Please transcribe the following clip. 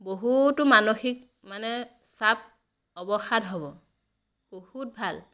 বহুতো মানসিক মানে চাপ অৱসাদ হ'ব বহুত ভাল